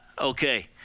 okay